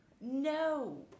No